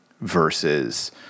versus